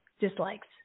dislikes